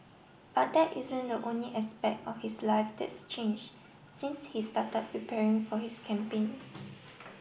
but that isn't the only aspect of his life that's change since he started preparing for his campaign